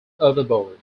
overboard